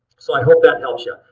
so i hope that helps you.